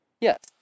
Yes